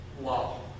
Wow